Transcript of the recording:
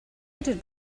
credir